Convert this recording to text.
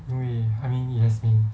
因为 I mean it has been